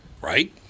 Right